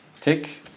Tick